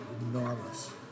enormous